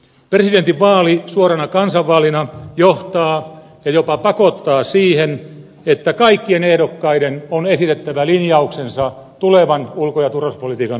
presidentinvaali suorana kansanvaalina johtaa ja jopa pakottaa siihen että kaikkien ehdokkaiden on esitettävä linjauksensa tulevan ulko ja turvallisuuspolitiikan osalta